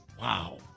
Wow